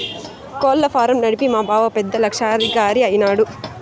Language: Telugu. కోళ్ల ఫారం నడిపి మా బావ పెద్ద లక్షాధికారైన నాడు